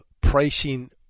pricing